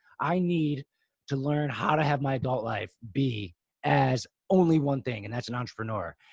i need to learn how to have my adult life be as only one thing. and that's an entrepreneur.